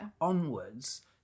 onwards